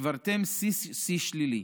שברתם שיא שלילי.